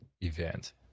event